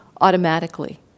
automatically